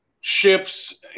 ships